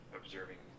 observing